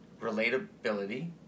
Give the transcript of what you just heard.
Relatability